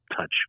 touch